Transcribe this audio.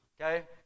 okay